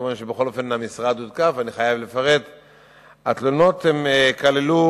מכיוון שבכל אופן המשרד הותקף: התלונות כללו